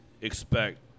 expect